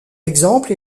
exemple